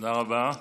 תודה רבה.